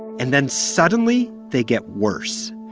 and then suddenly, they get worse.